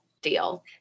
deal